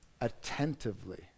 attentively